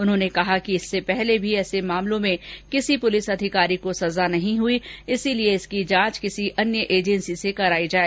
उन्होंने कहा कि इससे पहले भी ऐसे मामलों में किसी पुलिस अधिकारी को सजा नहीं हुई इसलिए इसकी जांच किसी अन्य एजेंसी से करायी जाए